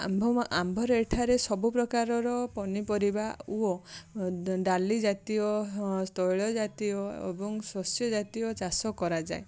ଆମ୍ଭ ଆମ୍ଭର ଏଠାରେ ସବୁ ପ୍ରକାରର ପନିପରିବା ଓ ଡାଲି ଜାତୀୟ ତୈଳ ଜାତୀୟ ଏବଂ ଶସ୍ୟ ଜାତୀୟ ଚାଷ କରାଯାଏ